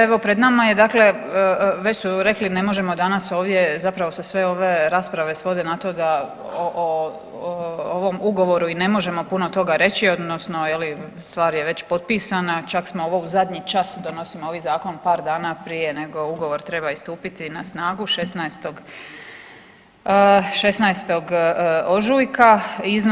Evo, pred nama je dakle već su rekli ne možemo danas ovdje zapravo se sve ove rasprave svode na to da o ovom ugovoru i ne možemo puno toga reći odnosno je li stvar je već potpisana, čak smo ovo u zadnju čas donosimo ovi zakon par dana prije nego ugovor treba i stupiti na snagu 16., 16. ožujka.